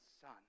son